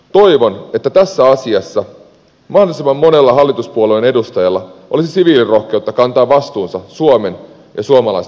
toivon että tässä asiassa mahdollisimman monella hallituspuolueen edustajalla olisi siviilirohkeutta kantaa vastuunsa suomen ja suomalaisten tulevaisuudesta